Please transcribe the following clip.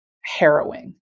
harrowing